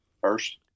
First